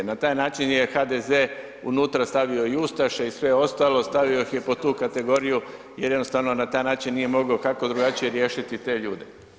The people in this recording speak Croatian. Na taj način je HDZ unutra stavio i ustaše i sve ostale, stavio ih je pod tu kategoriju jer jednostavno na taj način nije mogao kako drugačije riješiti te ljude.